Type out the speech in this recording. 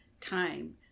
time